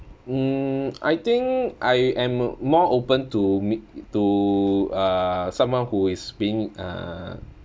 mm I think I am more open to m~ to m~ to uh someone who is being uh